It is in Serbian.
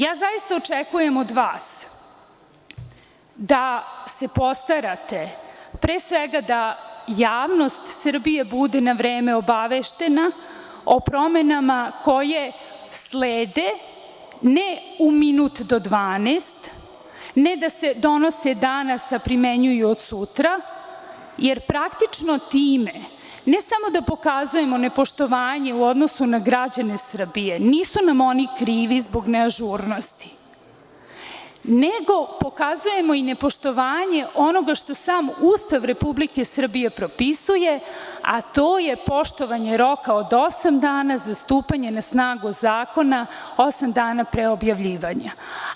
Ja zaista očekujem od vas da se postarate pre svega da javnost Srbije bude na vreme obaveštena o promenama koje slede, ne u minut do dvanaest, ne da se donose danas a primenjuju od sutra, jer praktično time ne samo da pokazujemo nepoštovanje u odnosu na građane Srbije, nisu nam oni krivi zbog neažurnosti, nego pokazujemo i nepoštovanje onoga što sam Ustav Republike Srbije propisuje, a to je poštovanje roka od osam dana za stupanje na snagu zakona, osam dana pre objavljivanja.